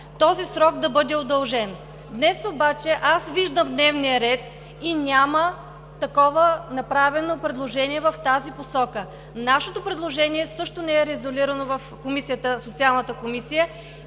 този срок да бъде удължен. Днес обаче аз виждам дневния ред и няма направено такова предложение в тази посока. Нашето предложение не е резолирано също в Социалната комисия